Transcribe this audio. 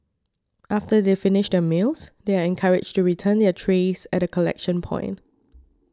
after they finish their meals they are encouraged to return their trays at a collection point